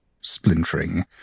splintering